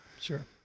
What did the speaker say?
Sure